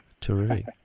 Terrific